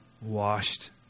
washed